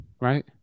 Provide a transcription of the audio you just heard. right